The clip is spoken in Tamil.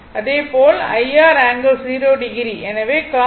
அதேபோல் IR ∠0o எனவே cos 0 j sin 0o